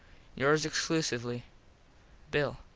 yours exclusively bill.